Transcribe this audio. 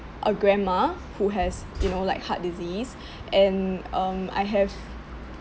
a grandma who has you know like heart disease and um I have